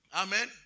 Amen